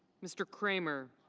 mr. kramer.